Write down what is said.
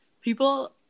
People